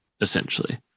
essentially